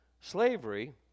Slavery